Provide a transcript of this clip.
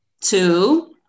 Two